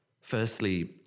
Firstly